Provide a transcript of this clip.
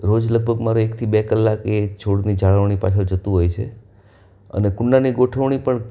રોજ લગભગ મારે એકથી બે કલાક એ છોડની જાળવણી પાછળ જતું હોય છે અને કુંડાની ગોઠવણી પણ